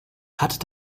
hat